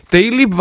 Daily